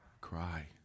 cry